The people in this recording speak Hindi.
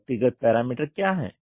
व्यक्तिगत पैरामीटर क्या है